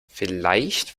vielleicht